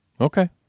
Okay